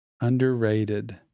Underrated